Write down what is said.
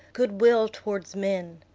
good-will towards men.